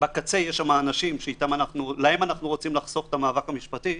בקצה יש שם אנשים להם אנחנו רוצים לחסוך את המאבק המשפטי,